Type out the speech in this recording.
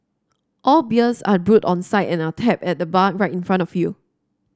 all beers are brewed on site and are tapped at the bar right in front of you